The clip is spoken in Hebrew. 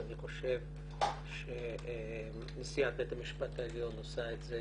אני חושב שנשיאת בית המשפט העליון עושה את זה